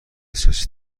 سیاسی